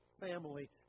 family